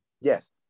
Yes